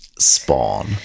Spawn